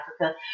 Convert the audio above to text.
Africa